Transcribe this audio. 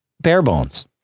Barebones